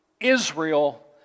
Israel